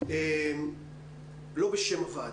לא בשם הוועדה.